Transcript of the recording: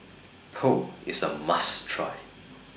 Pho IS A must Try